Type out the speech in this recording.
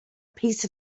piece